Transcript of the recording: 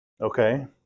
Okay